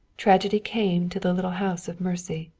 tragedy came to the little house of mercy.